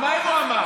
אז מה אם הוא אמר.